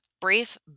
brief